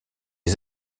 les